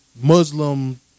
Muslim